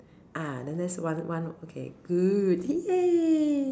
ah then that's one one okay good !yay!